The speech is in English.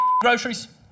groceries